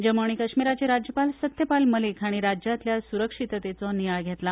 जम्मू आनी कश्मीराचे राज्यपाल सत्यपाल मलीक हांणी राज्यांतल्या सुरक्षीततायेचो नियाळ घेतला